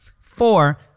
Four